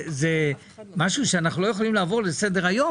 זה משהו שאנחנו לא יכולים לעבור עליו לסדר-היום.